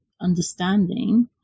understanding